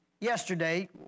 Yesterday